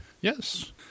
Yes